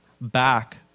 back